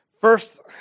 First